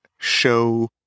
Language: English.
show